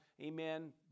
Amen